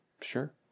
Sure